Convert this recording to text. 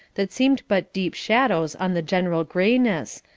that seemed but deep shadows on the general grayness,